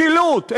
משילות,